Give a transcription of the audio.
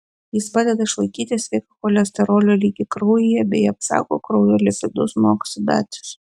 jis padeda išlaikyti sveiką cholesterolio lygį kraujyje bei apsaugo kraujo lipidus nuo oksidacijos